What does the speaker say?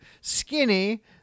skinny